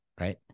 right